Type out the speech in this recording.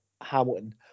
Hamilton